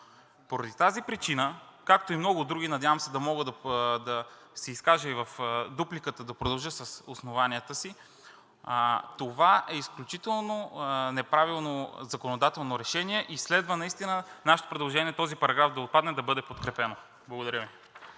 Поради тази причина, както и много други – надявам се да мога да се изкажа и в дупликата и да продължа с основанията си, това е изключително неправилно законодателно решение и наистина следва нашето предложение – този параграф да отпадне, да бъде подкрепено. Благодаря Ви.